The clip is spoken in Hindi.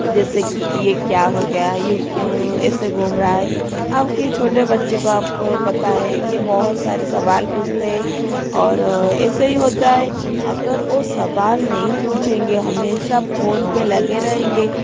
जैसे कि ये क्या हो गया है वो क्यों ऐसे घूम रहा है अब के छोटे बच्चे को आप को पता हे ये बहुत सारे सवाल पूछते है और ऐसे ही होता है अगर वो सवाल नहीं पूछेंगे हमेशा फ़ोन पर लगे रहेंगे